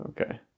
Okay